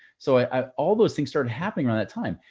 so all those things started happening around that time.